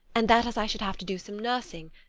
and, that as i should have to do some nursing,